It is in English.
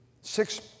Six